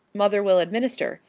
mother will administer.